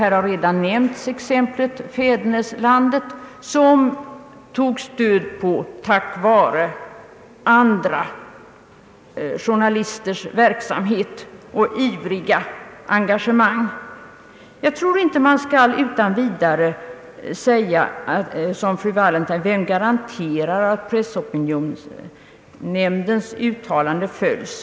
Här har redan nämnts »Fäderneslandet», som tvingades till nedläggning just tack vare många journalisters insatser och ivriga engagemang. Man kan inte säga som fru Wallentheim: Vem garanterar att uttalanden av Pressens opinionsnämnd följs?